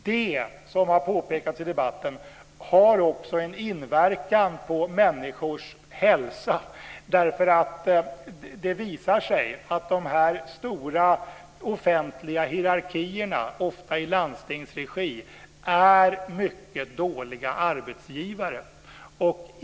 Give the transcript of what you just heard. Det har också, vilket har påpekats i debatten, en inverkan på människors hälsa, därför att det visar sig att de stora offentliga hierarkierna, ofta i landstingsregi, är mycket dåliga arbetsgivare.